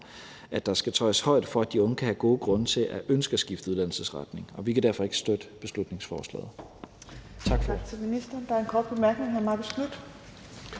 at der skal taget højde for, at de unge kan have gode grunde til at ønske at skifte uddannelsesretning. Og vi kan derfor ikke støtte beslutningsforslaget. Tak for ordet.